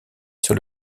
sur